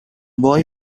boy